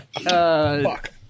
fuck